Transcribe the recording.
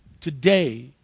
today